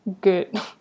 good